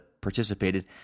participated –